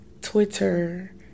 Twitter